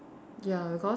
ya because